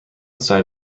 side